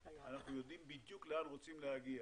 יודעים בדיוק לאן רוצים להגיע.